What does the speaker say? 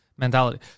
mentality